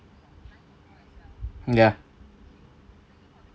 mm ya